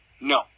No